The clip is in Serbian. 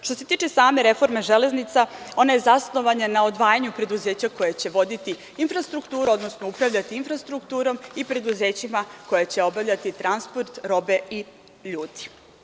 Što se tiče same reforme železnica, ona je zasnovana na odvajanju preduzeća koja će voditi infrastrukturu, odnosno upravljati infrastrukturom i preduzećima koja će obavljati transport robe i ljudi.